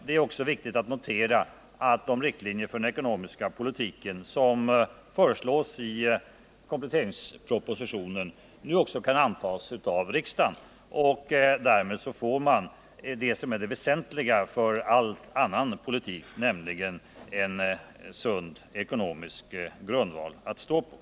Det är också viktigt att notera att de riktlinjer för den ekonomiska politiken som föreslås i kompletteringspropositionen nu också kan antas av riksdagen. Därmed åstadkommer vi det som är väsentligt för all annan politik — en sund ekonomisk grundval att stå på.